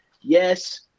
yes